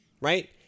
Right